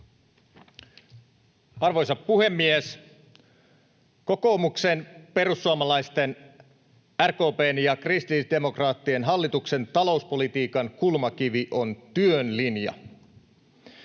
Arvoisa puhemies! Kokoomuksen, perussuomalaisten, RKP:n ja kristillisdemokraattien hallituksen talouspolitiikan kulmakivi on työn linja.